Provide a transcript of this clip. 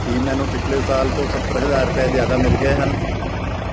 ਕੀ ਮੈਨੂੰ ਪਿਛਲੇ ਸਾਲ ਤੋਂ ਸੱਤਰ ਹਜ਼ਾਰ ਰੁਪਏ ਜ਼ਿਆਦਾ ਮਿਲ ਗਏ ਹਨ